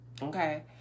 Okay